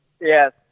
yes